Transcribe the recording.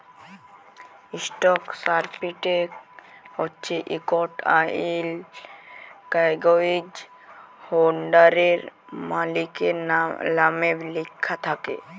stock certificate হছে ইকট আইল কাগ্যইজ হোল্ডারের, মালিকের লামে লিখ্যা থ্যাকে